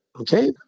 okay